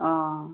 অঁ